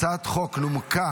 הצעת החוק נומקה,